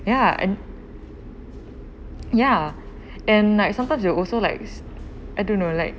ya and ya and like sometimes they are also like I don't know like